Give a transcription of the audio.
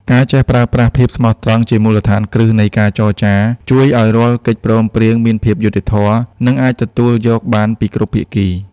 ការចេះប្រើប្រាស់ "ភាពស្មោះត្រង់" ជាមូលដ្ឋានគ្រឹះនៃការចរចា ជួយឱ្យរាល់កិច្ចព្រមព្រៀងមានភាពយុត្តិធម៌ និងអាចទទួលយកបានពីគ្រប់ភាគី។